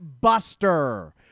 buster